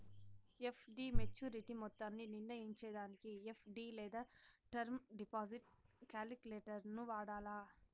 FD maturity మొత్తాన్ని నిర్నయించేదానికి FD లేదా టర్మ్ డిపాజిట్ కాలిక్యులేటరును వాడాల